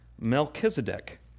Melchizedek